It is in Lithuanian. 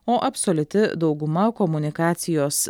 o absoliuti dauguma komunikacijos